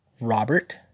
Robert